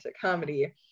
comedy